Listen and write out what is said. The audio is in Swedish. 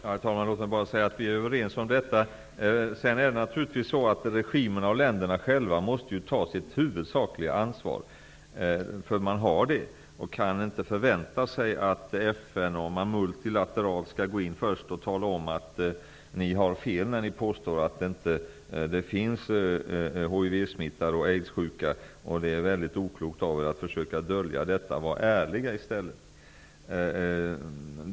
Herr talman! Låt mig bara säga att vi är överens om detta. Sedan måste naturligtvis regimerna och länderna själva ta sitt huvudsakliga ansvar, för man har det ansvaret. De kan inte förvänta sig att FN eller att man multilateralt först skall gå in och tala om att de har fel när de påstår att det inte finns hivsmittade och aidssjuka och att det är mycket oklokt av dem att försöka dölja detta. Var ärliga i stället!